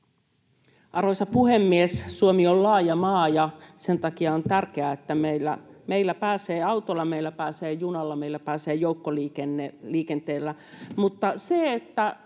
Arvoisa puhemies! Suomi on laaja maa, ja sen takia on tärkeää, että meillä pääsee autolla, meillä pääsee junalla ja meillä pääsee joukkoliikenteellä.